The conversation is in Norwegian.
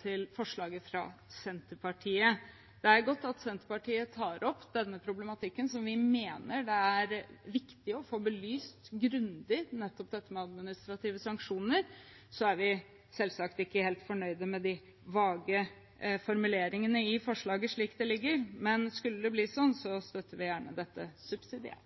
til forslaget fra Senterpartiet. Det er godt at Senterpartiet tar opp denne problematikken, som vi mener det er viktig å få belyst grundig, nettopp dette med administrative sanksjoner. Vi er selvsagt ikke helt fornøyd med de vage formuleringene i forslaget slik det foreligger, men skulle det bli sånn, støtter vi gjerne